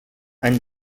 any